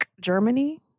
Germany